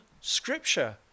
scripture